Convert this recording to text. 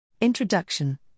Introduction –